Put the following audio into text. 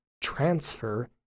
transfer